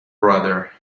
brother